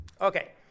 Okay